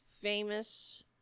famous